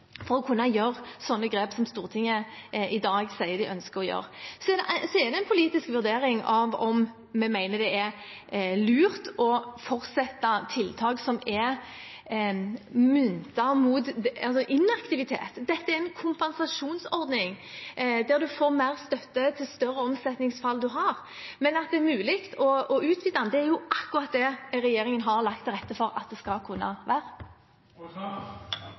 for å kunne gjøre sånne grep som Stortinget i dag sier de ønsker å gjøre. Så er det en politisk vurdering om vi mener det er lurt å fortsette tiltak som er myntet på inaktivitet. Dette er en kompensasjonsordning der man får mer støtte jo større omsetningsfall man har. Men at det er mulig å utvide den, er akkurat det regjeringen har lagt til rette for at skal kunne